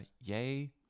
yay